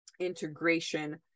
integration